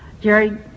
Jerry